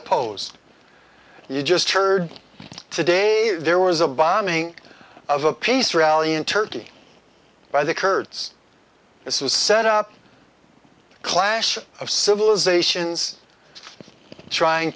opposed you just heard today there was a bombing of a peace rally in turkey by the kurds it was set up a clash of civilizations trying